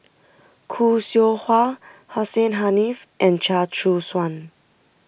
Khoo Seow Hwa Hussein Haniff and Chia Choo Suan